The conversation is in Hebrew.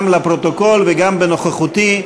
גם לפרוטוקול וגם בנוכחותי,